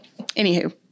Anywho